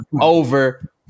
over